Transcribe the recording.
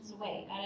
away